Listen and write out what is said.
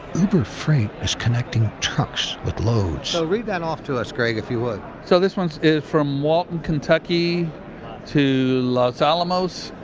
uber freight is connecting trucks with loads. so read those off to us greg, if you would. so this one is from walton, kentucky to los alamos,